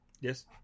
Yes